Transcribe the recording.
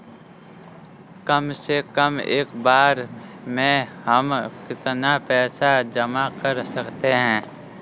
कम से कम एक बार में हम कितना पैसा जमा कर सकते हैं?